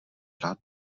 rád